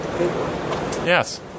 Yes